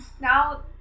now